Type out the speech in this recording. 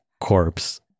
corpse